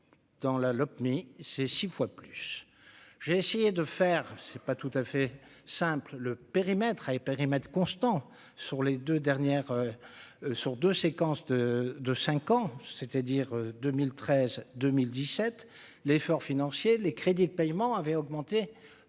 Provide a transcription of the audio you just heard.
dans la Lopmi, c'est 6 fois plus, j'ai essayé de faire, c'est pas tout à fait simple le périmètre et périmètre constants sur les 2 dernières sur 2 séquences de 5 ans, c'est-à-dire 2013, 2017 l'effort financier, les crédits de paiement avaient augmenté